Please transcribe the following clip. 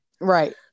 Right